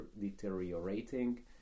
deteriorating